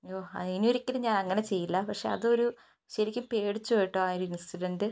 അയ്യോ ഇനിയൊരിക്കലും ഞാനങ്ങനെ ചെയ്യില്ല പക്ഷേ അതൊരു ശെരിക്കും പേടിച്ചു പോയിട്ടോ ആ ഒരു ഇന്സിഡൻറ്റ്